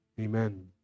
amen